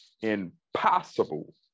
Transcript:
impossible